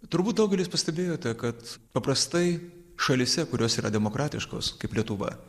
turbūt daugelis pastebėjote kad paprastai šalyse kurios yra demokratiškos kaip lietuva